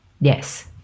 Yes